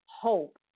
hope